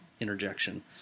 interjection